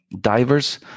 divers